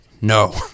No